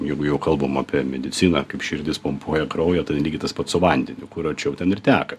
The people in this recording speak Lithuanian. jeigu jau kalbam apie mediciną kaip širdis pumpuoja kraują tada lygiai tas pats su vandeniu kur arčiau ten ir teka